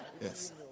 Yes